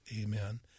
amen